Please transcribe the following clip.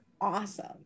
awesome